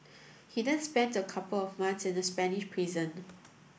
he then spent a couple of months in a Spanish prison